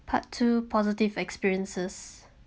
part two positive experiences